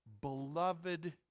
Beloved